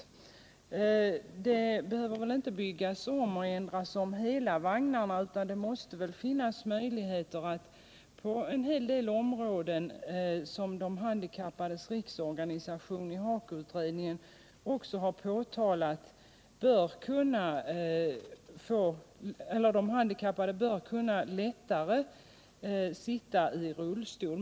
Hela vagnarna behöver väl inte ändras. Det måste finnas möjlighet att på en hel del punkter, som De handikappades riksorganisation också påtalat i HAKO-utredningen, göra förändringar så att de handikappade lättare kan sitta i rullstol.